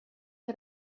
che